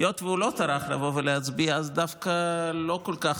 היות שהוא לא טרח לבוא ולהצביע, דווקא לא כל כך,